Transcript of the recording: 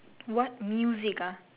what music ah